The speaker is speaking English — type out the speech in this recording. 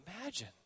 imagine